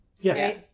Yes